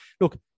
look